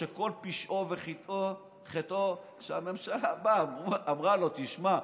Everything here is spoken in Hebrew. כשכל פשעו וחטאו שהממשלה באה ואמרה לו: תשמע,